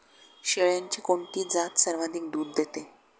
शेळ्यांची कोणती जात सर्वाधिक दूध देते?